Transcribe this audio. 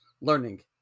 learning